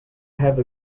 have